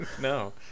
no